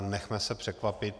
Nechme se překvapit.